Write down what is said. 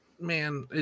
man